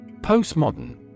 Postmodern